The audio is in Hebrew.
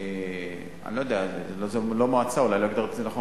אולי לא הגדרתי נכון,